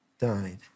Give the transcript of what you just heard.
died